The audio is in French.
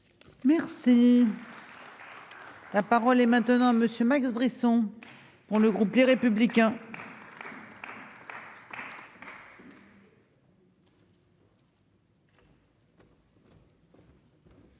Merci. La parole est maintenant à monsieur Max Brisson pour le groupe Les Républicains.